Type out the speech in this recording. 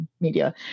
media